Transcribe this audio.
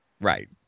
right